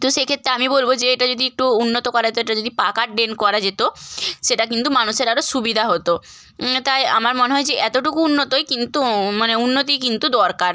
তো সেক্ষেত্রে আমি বলব যে এটা যদি একটু উন্নত করা যায় এটা যদি পাকার ড্রেন করা যেত সেটা কিন্তু মানুষের আরও সুবিধা হতো তাই আমার মনে হয়েছে এতটুকু উন্নতই কিন্তু মানে উন্নতি কিন্তু দরকার